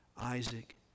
Isaac